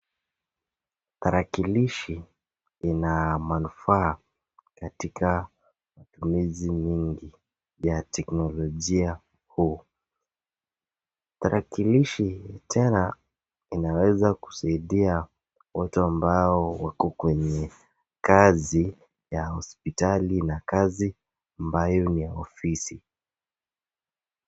Tarakilishi ina manufaa katika matumizi mingi ya teknolojia huu, tarakilisi tena inaweza kusaidia watu ambao wako kwa kazi ya hosiptali na kazi ambayo ni ya ofisi.